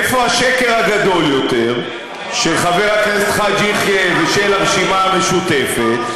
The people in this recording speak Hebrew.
איפה השקר הגדול יותר של חבר הכנסת חאג' יחיא ושל הרשימה המשותפת,